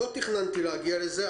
לא תכננתי להגיע לזה,